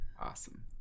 Awesome